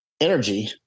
energy